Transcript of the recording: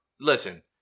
listen